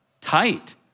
tight